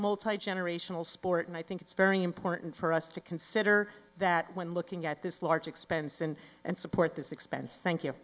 multigenerational sport and i think it's very important for us to consider that when looking at this large expense and and support this expense thank you